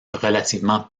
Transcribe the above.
relativement